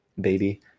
Baby